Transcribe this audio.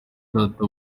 data